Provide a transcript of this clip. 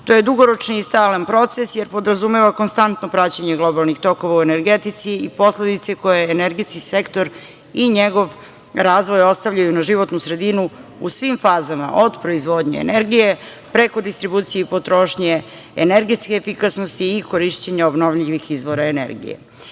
EU.To je dugoročni i stalan proces, jer podrazumeva konstantno praćenje globalnih tokova u energetici i posledice koje energetski sektor i njegov razvoj ostavljaju na životnu sredinu u svim fazama, od proizvodnje energije, preko distribucije i potrošnje, energetske efikasnosti i korišćenja obnovljivih izvora energije. Bitno